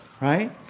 right